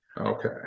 Okay